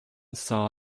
saw